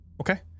Okay